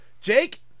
Jake